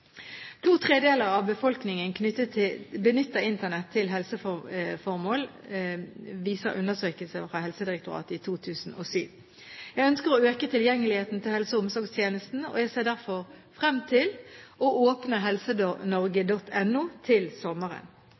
To tredjedeler av befolkningen benytter Internett til helseformål, viser en undersøkelse fra Helsedirektoratet i 2007. Jeg ønsker å øke tilgjengeligheten til helse- og omsorgstjenesten. Jeg ser derfor frem til å åpne helsenorge.no til sommeren.